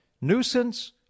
nuisance